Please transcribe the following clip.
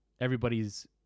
everybody's